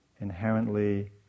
inherently